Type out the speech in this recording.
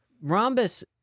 rhombus